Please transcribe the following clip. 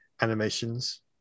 animations